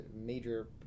major